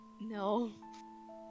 no